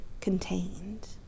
contained